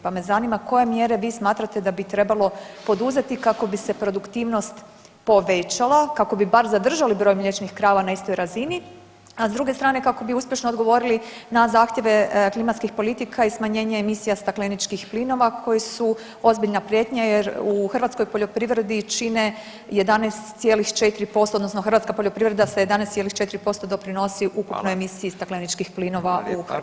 Pa me zanima koje mjere vi smatrate da bi trebalo poduzeti kako bi se produktivnost povećala, kako bi bar zadržali broj mliječnih krava na istoj razini, a s druge strane kako bi uspješno odgovorili na zahtjeve klimatskih politika i smanjenje emisija stakleničkih plinova koji su ozbiljna prijetnja jer u hrvatskoj poljoprivredi čine 11,4% odnosno hrvatska poljoprivreda sa 11,4% doprinosi ukupnoj emisiji [[Upadica: Hvala.]] stakleničkih plinova [[Upadica: Hvala lijepa.]] u Hrvatskoj.